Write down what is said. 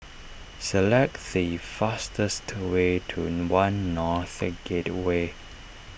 select the fastest to way to one North Gateway